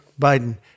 Biden